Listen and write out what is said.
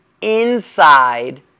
inside